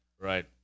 Right